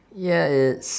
yeah it's